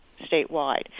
statewide